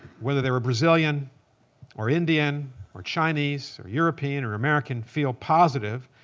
whether they were brazilian or indian or chinese or european or american, feel positive.